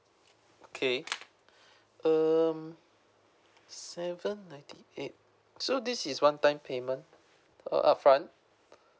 okay um seven ninety eight so this is one time payment uh upfront